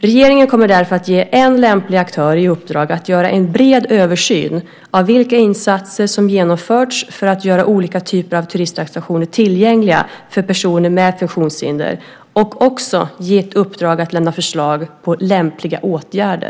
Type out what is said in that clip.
Regeringen kommer därför att ge en lämplig aktör i uppdrag att göra en bred översyn av vilka insatser som genomförts för att göra olika typer av turistattraktioner tillgängliga för personer med funktionshinder och lämna förslag till lämpliga åtgärder.